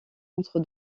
entre